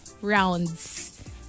rounds